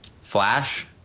Flash